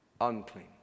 Unclean